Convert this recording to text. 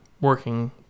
working